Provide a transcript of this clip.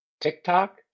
TikTok